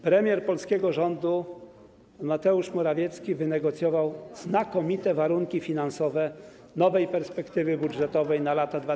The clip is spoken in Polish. Premier polskiego rządu Mateusz Morawiecki wynegocjował znakomite warunki finansowe nowej perspektywy budżetowej na lata 2021–2027.